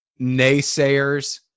naysayers